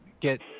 get